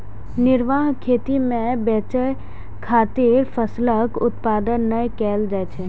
निर्वाह खेती मे बेचय खातिर फसलक उत्पादन नै कैल जाइ छै